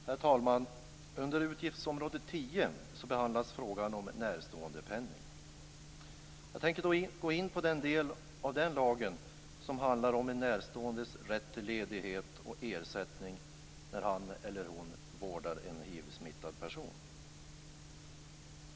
Herr talman! Under utgiftsområde 10 behandlas frågan om närståendepenning. Jag tänker gå in på den del av berörd lag som handlar om en närståendes rätt till ledighet och ersättning när han eller hon vårdar en hivsmittad person.